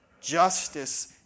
justice